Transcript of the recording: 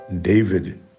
David